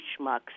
schmucks